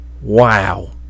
Wow